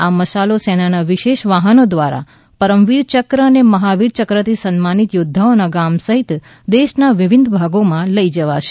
આ મશાલો સેનાના વિશેષ વાહનો દ્વારા પરમવીર ચક્ર અને મહાવીર ચક્રથી સન્માનિત યોદ્વાના ગામ સહિત દેશના વિભિન્ન ભાગોમાં લઈ જવાશે